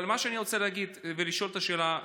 אבל מה שאני רוצה להגיד ולשאול את השאלה,